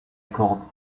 corde